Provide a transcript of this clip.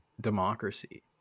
democracy